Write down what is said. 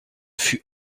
fut